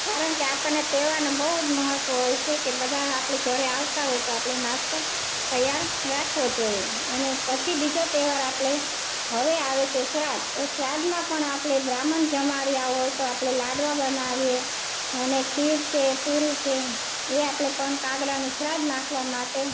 કારણ કે આપણને તહેવારને બહુ જ મહત્વ હોય છે કે બધાં આપણા ઘરે આવતા હોય તો આપણે નાસ્તો તૈયાર રાખવો જોઈએ અને પછી બીજો તહેવાર આપણે હવે આવે છે શ્રાદ્ધ શ્રાદ્ધમાં પણ આપણે બ્રાહ્મણ જમાડ્યા હોય તો આપણે લાડવા બનાવીએ અને ખીર છે પૂરી છે એ આપણે પણ કાગડાને શ્રાદ્ધ નાખવા માટે